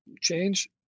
change